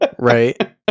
Right